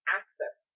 access